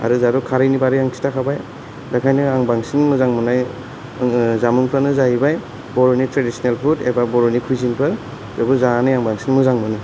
आरो जाहाथ' खारैनि बादै आं खिन्थाखाबाय बेखायनो आं बांसिन मोजां मोननाय जामुंफ्रानो जाहैबाय बर' नि ट्रेडिसनेल फुद एबा बर' नि क्वुजिनफोर बेखौ जानानै आं बांसिन मोजां मोनो